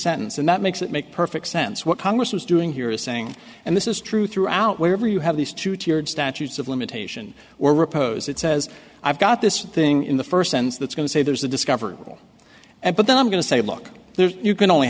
sentence and that makes it make perfect sense what congress is doing here is saying and this is true throughout wherever you have these two tiered statutes of limitation or repose it says i've got this thing in the first sentence that's going to say there's a discovery and but then i'm going to say look there you can only